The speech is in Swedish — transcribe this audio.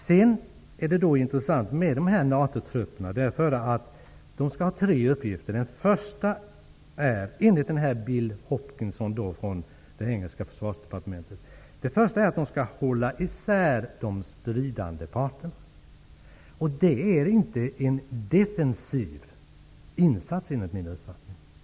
Sedan är det intressant med NATO-trupperna, därför att de skall ha tre uppgifter, enligt Bill Hopkinson från det engelska försvarsdepartementet. Den första är att hålla isär de stridande parterna. Det är inte en defensiv insats, enligt min uppfattning.